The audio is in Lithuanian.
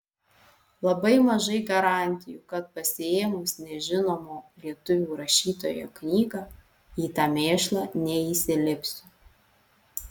labai mažai garantijų kad pasiėmus nežinomo lietuvių rašytojo knygą į tą mėšlą neįsilipsiu